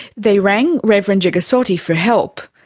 they rang reverend jegasothy for help.